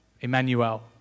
Emmanuel